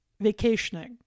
vacationing